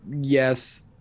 yes